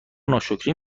ناشکری